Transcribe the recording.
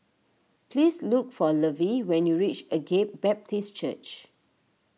please look for Lovie when you reach Agape Baptist Church